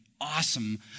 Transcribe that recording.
awesome